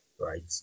right